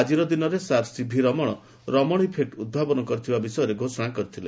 ଆଜିର ଦିନରେ sir CV Raman Raman effect ଉଭାବନ କରିଥିବା ବିଷୟରେ ଘୋଷଣା କରିଥିଲେ